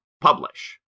publish